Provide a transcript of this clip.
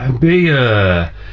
Beer